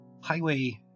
Highway